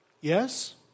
Yes